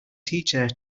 teacher